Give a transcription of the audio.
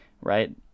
right